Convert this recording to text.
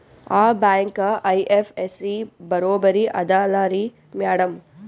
ಆ bank IFSC ಬರೊಬರಿ ಅದಲಾರಿ ಮ್ಯಾಡಂ?